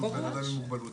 שהוא בן אדם עם מוגבלות,